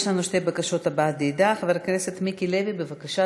יש לנו שתי בקשות הבעת דעה: חבר הכנסת מיקי לוי בבקשה,